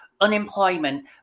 unemployment